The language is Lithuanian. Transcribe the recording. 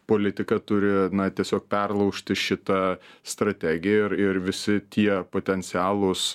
politika turi na tiesiog perlaužti šitą strategiją ir ir visi tie potencialūs